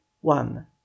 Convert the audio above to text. one